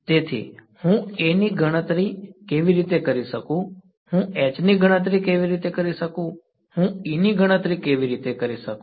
તેથી હું A ની ગણતરી કેવી રીતે કરી શકું હું H ની ગણતરી કેવી રીતે કરી શકું હું E ની ગણતરી કેવી રીતે કરી શકું